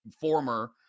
former